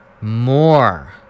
more